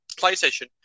PlayStation